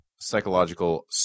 Psychological